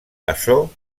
açò